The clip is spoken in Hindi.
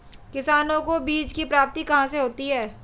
किसानों को बीज की प्राप्ति कहाँ से होती है?